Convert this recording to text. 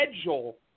schedule